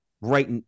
right